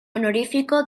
honorífico